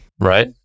Right